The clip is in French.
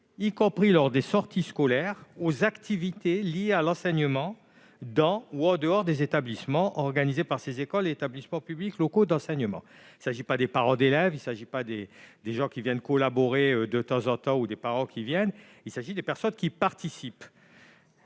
y compris lors des sorties scolaires, aux activités liées à l'enseignement dans ou en dehors des établissements, organisées par ces écoles et établissements publics locaux d'enseignement ». Il ne s'agit donc pas des parents d'élèves ou des intervenants qui viennent collaborer de temps en temps, mais des personnes qui « participent